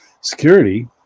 security